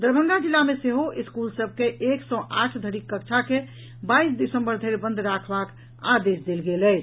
दरभंगा जिला मे सेहो स्कूल सभ के एक सँ आठ धरिक कक्षा के बाईस दिसम्बर धरि बंद राखबाक आदेश देल गेल अछि